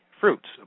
fruits